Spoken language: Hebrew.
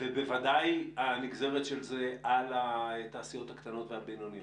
ובוודאי הנגזרת של זה על התעשיות הקטנות והבינוניות.